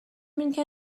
اینکه